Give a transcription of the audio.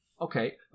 Okay